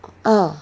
uh